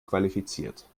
qualifiziert